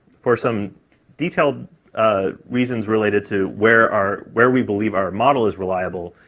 for some detailed ah reasons related to where are where we believe our model is reliable,